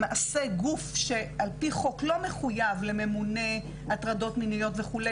למעשה גוף שעל פי חוק לא מחוייב לממונה הטרדות מיניות וכו',